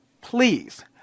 please